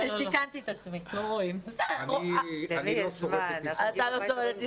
אני לא שורד את הישרדות.